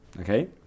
Okay